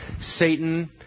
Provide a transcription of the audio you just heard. Satan